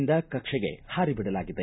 ಯಿಂದ ಕಕ್ಷೆಗೆ ಹಾರಿಬಿಡಲಾಗಿದೆ